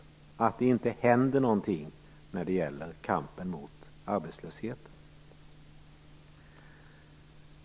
Man upplever att det inte händer någonting när det gäller kampen mot arbetslösheten.